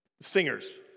singers